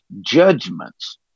judgments